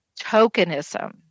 tokenism